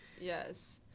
yes